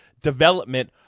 development